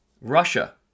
Russia